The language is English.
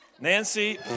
Nancy